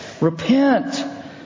Repent